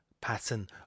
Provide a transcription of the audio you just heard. pattern